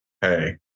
Hey